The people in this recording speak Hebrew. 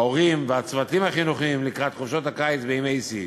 ההורים והצוותים החינוכיים לקראת חופשות הקיץ בימי שיא,